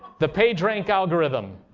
the page rank algorithm.